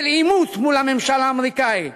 של עימות מול הממשל האמריקני.